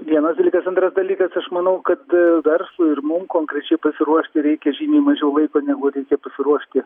vienas dalykas antras dalykas aš manau kad verslui ir mum konkrečiai pasiruošti reikia žymiai mažiau laiko negu reikia pasiruošti